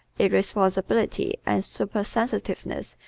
irresponsibility and supersensitiveness,